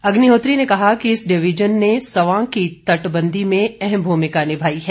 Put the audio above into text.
अग्निहोत्री ने कहा कि इस डिविजन ने स्वां की तटबंदी में अहम भूमिका निभाई है